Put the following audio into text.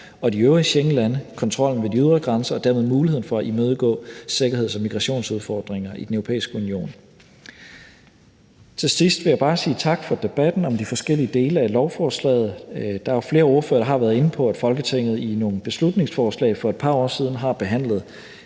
og de øvrige Schengenlande kontrollen ved de ydre grænser og dermed muligheden for at imødegå sikkerheds- og migrationsudfordringer i den europæiske union. Til sidst vil jeg bare sige tak for debatten om de forskellige dele af lovforslaget. Flere ordførere har været inde på, at Folketinget i nogle beslutningsforslag for et par år siden har behandlet